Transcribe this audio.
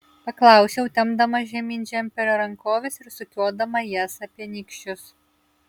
paklausiau tempdama žemyn džemperio rankoves ir sukiodama jas apie nykščius